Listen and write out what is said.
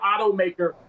automaker